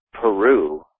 Peru